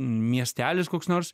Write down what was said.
miestelis koks nors